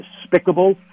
despicable